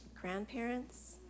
grandparents